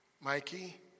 Mikey